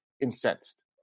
incensed